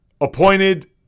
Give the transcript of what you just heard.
appointed